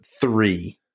three